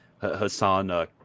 Hassan